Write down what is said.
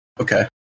Okay